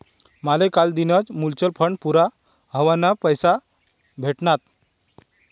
माले कालदीनच mutual fund पूरा व्हवाना पैसा भेटनात